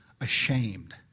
ashamed